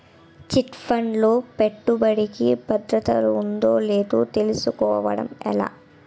Chit fund లో పెట్టుబడికి భద్రత ఉందో లేదో తెలుసుకోవటం ఎలా?